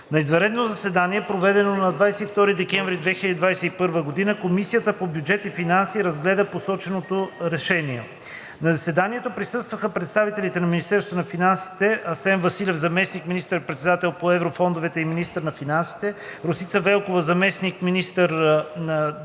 На извънредно заседание, проведено на 22 декември 2021 г., Комисията по бюджет и финанси разгледа посоченото решение. На заседанието присъстваха представители на Министерството на финансите: Асен Василев – заместник министър-председател по еврофондовете и министър на финансите, Росица Велкова – заместник-министър, и Диана